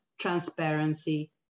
transparency